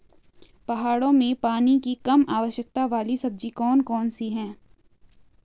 पहाड़ों में पानी की कम आवश्यकता वाली सब्जी कौन कौन सी हैं?